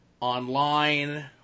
online